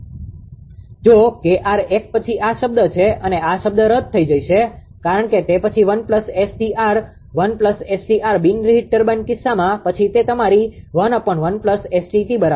જો 𝐾𝑟 1 પછી આ શબ્દ છે અને આ શબ્દ રદ થઈ જશે કારણ કે તે પછી 1 𝑆𝑇𝑟 1 𝑆𝑇𝑟 બિન રીહિટ ટર્બાઇન કિસ્સામાં પછી તે તમારી 11 𝑆𝑇𝑡 બરાબર